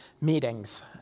meetings